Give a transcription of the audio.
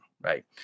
right